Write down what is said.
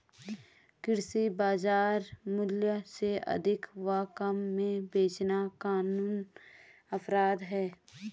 कृषि बाजार मूल्य से अधिक व कम में बेचना कानूनन अपराध है